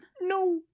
No